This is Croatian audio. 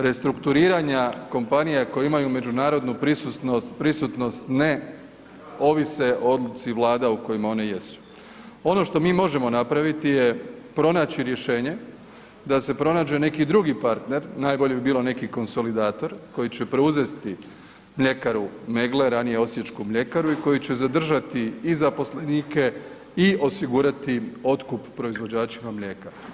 Restrukturiranja kompanija koje imaju međunarodnu prisutnost ne ovise o odluci Vlade o kojima one jesu, ono što mi možemo napraviti je pronaći rješenje da se pronađe neki drugi partner, najbolje bi bilo neki konsolidator koji će preuzeti mljekaru Meggle, ranije Osječku mljekaru i koji će zadržati i zaposlenike i osigurati otkup proizvođačima lijeka.